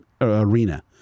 arena